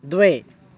द्वे